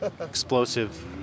explosive